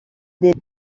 des